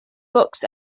books